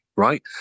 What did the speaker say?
right